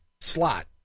slot